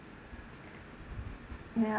ya